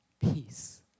peace